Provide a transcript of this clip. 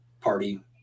party